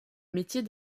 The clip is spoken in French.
métier